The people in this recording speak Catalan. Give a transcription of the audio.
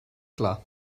clar